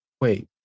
Wait